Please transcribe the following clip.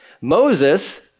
Moses